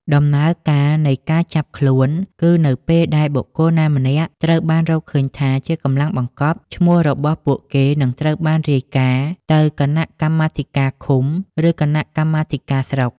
ដំណើរការនៃការចាប់ខ្លួនគឺនៅពេលដែលបុគ្គលណាម្នាក់ត្រូវបានរកឃើញថាជា "កម្លាំងបង្កប់" ឈ្មោះរបស់ពួកគេនឹងត្រូវរាយការណ៍ទៅគណៈកម្មាធិការឃុំ ឬគណៈកម្មាធិការស្រុក។